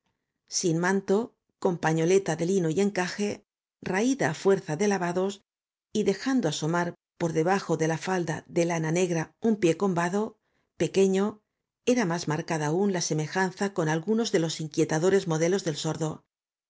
sin manto con pañoleta de linó y encaje raída á fuerza de lavados y dejando asomar por debajo de la falda de lana negra un pie combado pequeño era más marcada aún la semejanza con algunos de los inquietadores modelos del sordo